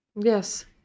Yes